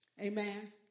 Amen